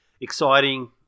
exciting